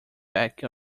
back